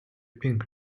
pink